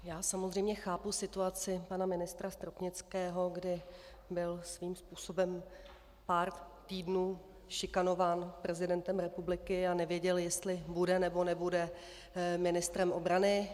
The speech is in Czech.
Já samozřejmě chápu situaci pana ministra Stropnického, kdy byl svým způsobem pár týdnů šikanován prezidentem republiky a nevěděl, jestli bude, nebo nebude ministrem obrany.